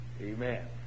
amen